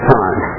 time